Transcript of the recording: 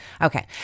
okay